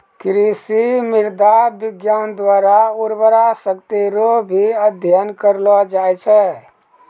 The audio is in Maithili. कृषि मृदा विज्ञान द्वारा उर्वरा शक्ति रो भी अध्ययन करलो जाय छै